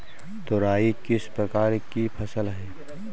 तोरई किस प्रकार की फसल है?